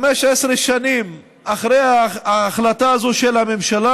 15 שנים אחרי ההחלטה הזו של הממשלה,